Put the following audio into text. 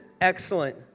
excellent